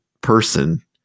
person